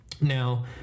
Now